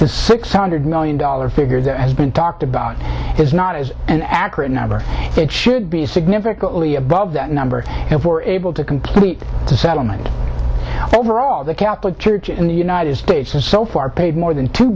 the six hundred million dollars figure that has been talked about is not as an accurate number it should be significantly above that number if we're able to complete the settlement over all the catholic church in the united states so far paid more than two